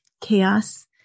chaos